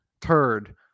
turd